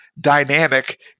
dynamic